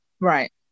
right